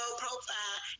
profile